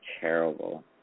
terrible